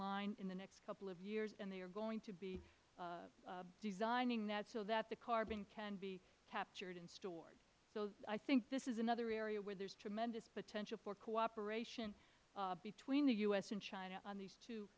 line in the next couple of years and they are going to be designing that so the carbon can be captured and stored i think this is another area where there is tremendous potential for cooperation between the u s and china on these two